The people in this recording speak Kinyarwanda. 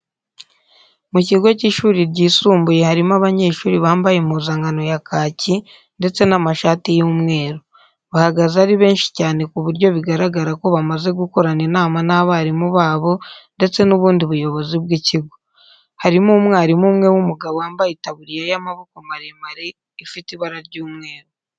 Mu kigo cy'ishuri ryisumbuye harimo abanyeshuri bambaye impuzankano ya kaki ndetse n'amashati y'umweru. Bahagaze ari benshi cyane ku buryo bigaragara ko bamaze gukorana inama n'abarimu babo ndetse n'ubundi buyobozi bw'ikigo. Harimo umwarimu umwe w'umugabo wambaye itaburiya y'amaboko maremare ifite ibara ry'umweru.